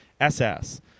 SS